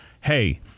hey